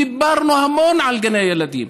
דיברנו המון על גני ילדים,